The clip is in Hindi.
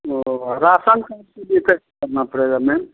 ओह आ रासन कार्ड के लिए कैसे करना पड़ेगा मेम